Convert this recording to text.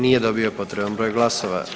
Nije dobio potreban broj glasova.